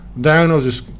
diagnosis